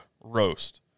roast